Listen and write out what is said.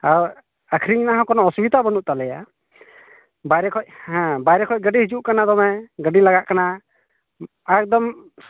ᱟᱨ ᱟᱹᱠᱷᱨᱤᱧ ᱨᱮᱱᱟᱜᱦᱚᱸ ᱠᱳᱱᱳ ᱚᱥᱩᱵᱤᱫᱷᱟ ᱵᱟᱹᱱᱩ ᱛᱟᱞᱮᱭᱟ ᱵᱟᱭᱨᱮ ᱠᱷᱚᱸᱭ ᱦᱮᱸ ᱵᱟᱭᱨᱮ ᱠᱷᱚᱭ ᱜᱟᱹᱰᱤ ᱦᱤᱡᱩ ᱠᱟᱱᱟ ᱫᱚᱢᱮ ᱜᱟᱹᱰᱤ ᱞᱟᱜᱟᱜ ᱠᱟᱱᱟ ᱮᱠᱫᱚᱢ